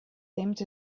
temps